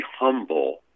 humble